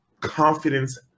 confidence